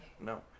No